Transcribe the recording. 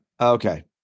Okay